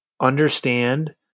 understand